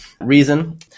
reason